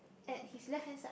at his left hand side